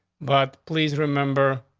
but please remember,